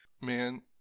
Man